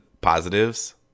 positives